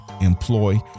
employ